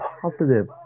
positive